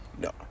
No